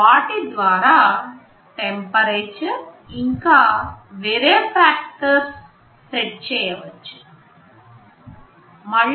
వాటి ద్వారా టెంపరేచర్ మరియు వేరే ఫ్యాక్టర్స్ సెట్ చేయవచ్చు